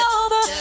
over